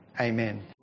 Amen